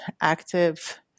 active